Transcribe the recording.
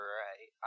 right